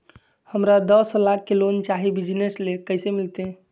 हमरा दस लाख के लोन चाही बिजनस ले, कैसे मिलते?